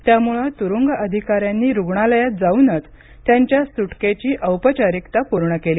त्यामुळे तुरुंग अधिकाऱ्यांनी रुग्णालयात जाऊनच त्यांच्या सुटकेची औपचारिकता पूर्ण केली